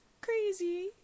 crazy